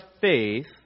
faith